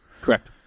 Correct